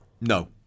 No